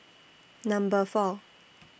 Number four